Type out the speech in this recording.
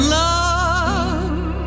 love